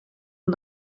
and